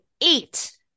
eight